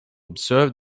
observe